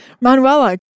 Manuela